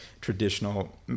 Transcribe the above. traditional